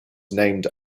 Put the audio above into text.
named